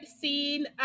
scene